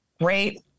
great